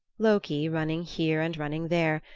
loki, running here and running there,